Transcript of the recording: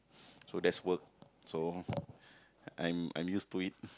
so that's work so I'm I'm used to it